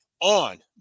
On